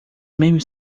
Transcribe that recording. memes